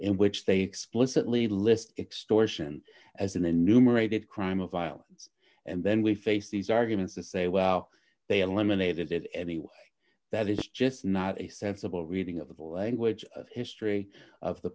in which they explicitly list extortion as an enumerated crime of violence and then we face these arguments to say well they eliminated it anyway that is just not a sensible reading of the language of history of the